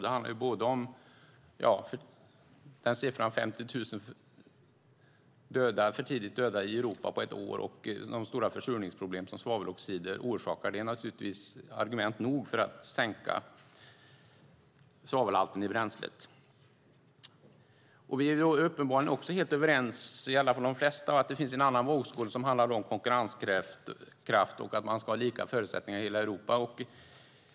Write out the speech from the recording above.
Det handlar både om siffran 50 000 i förtid döda i Europa på ett år och om de stora försurningsproblem som svaveloxider orsakar. Det är naturligtvis argument nog för att sänka svavelhalten i bränslet. De flesta av oss är uppenbarligen också helt överens om att det finns en annan vågskål som handlar om konkurrenskraft och att man ska ha lika förutsättningar i hela Europa.